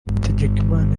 hategekimana